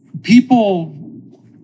People